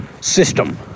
system